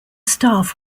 staff